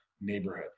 neighborhood